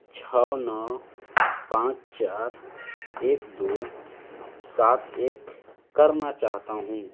چھ نو پانچ چار ایک دو سات ایک کرنا چاہتا ہوں